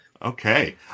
Okay